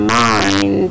mind